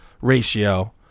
ratio